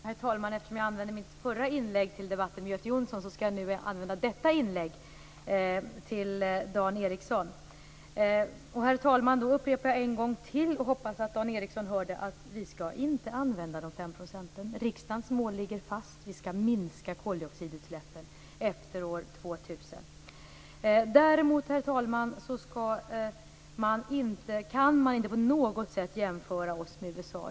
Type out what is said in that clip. Herr talman! Eftersom jag använde mitt förra inlägg till debatt med Göte Jonsson skall jag använda detta inlägg till debatt med Dan Ericsson. Herr talman! Jag upprepar en gång till, och hoppas att Dan Ericsson hör det, att vi inte skall använda de 5 %. Riksdagens mål ligger fast. Vi skall minska koldioxidutsläppen efter år 2000. Däremot, herr talman, kan man inte på något sätt jämföra oss med USA.